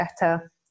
better